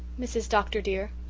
mrs. dr. dear,